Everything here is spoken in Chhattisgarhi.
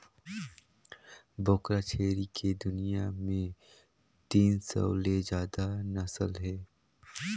बोकरा छेरी के दुनियां में तीन सौ ले जादा नसल हे